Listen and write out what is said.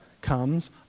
comes